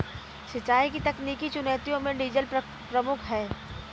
सिंचाई की तकनीकी चुनौतियों में डीजल प्रमुख है